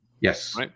Yes